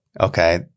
Okay